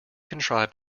contrive